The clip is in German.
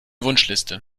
wunschliste